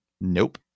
Nope